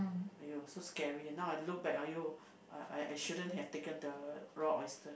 !aiyo! so scary now I looked back !aiyo! I shouldn't have taken the raw oyster